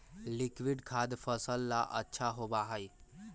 liquid खाद फसल ला अच्छा होबा हई